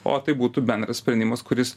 o tai būtų bendras sprendimas kuris